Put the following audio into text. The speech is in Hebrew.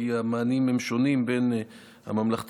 כי המענים הם שונים בין הממלכתי,